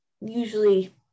usually